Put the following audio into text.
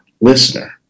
listener